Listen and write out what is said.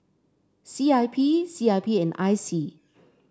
C I P C I P and I C